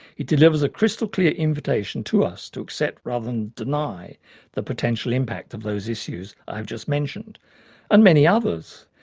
it delivers a crystal clear invitation to us to accept rather than deny the potential impact of those issues issues i have just mentioned and many others.